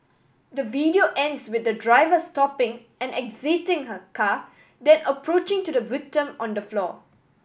the video ends with the driver stopping and exiting her car then approaching to the victim on the floor